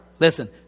Listen